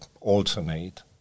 alternate